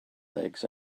legs